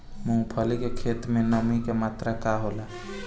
मूँगफली के खेत में नमी के मात्रा का होखे?